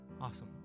Awesome